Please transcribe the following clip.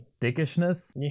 dickishness